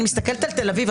אני מסתכלת על תל אביב.